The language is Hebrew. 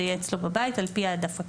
זה יהיה אצלו בבית על פי העדפתו.